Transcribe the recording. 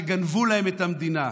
שגנבו להם את המדינה.